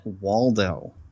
Waldo